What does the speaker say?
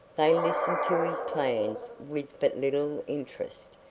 they listened to his plans with but little interest,